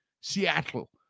Seattle